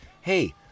hey